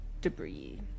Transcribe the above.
debris